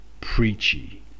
preachy